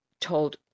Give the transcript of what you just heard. told